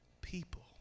people